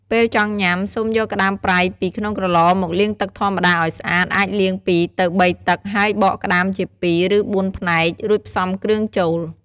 ពេលចង់ញ៉ាំ សូមយកក្តាមប្រៃពីក្នុងក្រឡមកលាងទឹកធម្មតាឲ្យស្អាត អាចលាង ២-៣ ទឹក ហើយបកក្តាមជាពីរ ឬបួនផ្នែក រួចផ្សំគ្រឿងចូល។